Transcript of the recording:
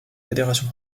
fédération